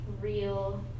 real